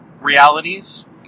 realities